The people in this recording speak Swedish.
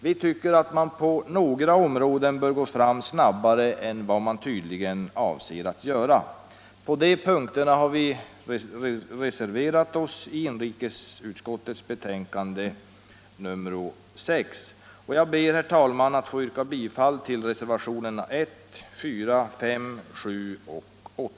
Vi tycker att man på några områden bör gå snabbare fram än vad man tydligen avser att göra. På de punkterna har vi reserverat oss i utskottets betänkande nr 6. Jag ber, herr talman, att få yrka bifall till reservationerna 1, 4, 5, 7 och 9.